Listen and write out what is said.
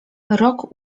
rok